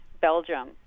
Belgium